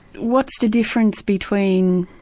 what's the difference between.